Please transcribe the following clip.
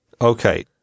Okay